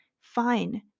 Fine